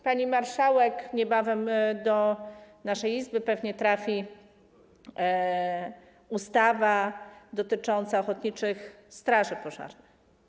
Pani marszałek, niebawem do naszej Izby trafi pewnie ustawa dotycząca ochotniczych straży pożarnych.